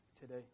today